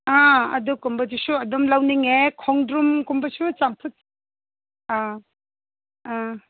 ꯑꯥ ꯑꯗꯨ ꯀꯨꯝꯕꯗꯨꯁꯨ ꯑꯗꯨꯝ ꯂꯧꯅꯤꯡꯉꯦ ꯈꯣꯡꯗ꯭ꯔꯨꯝ ꯀꯨꯝꯕꯁꯨ ꯆꯝꯐꯨꯠ ꯑꯥ ꯑꯥ